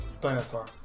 dinosaur